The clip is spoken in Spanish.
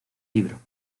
libro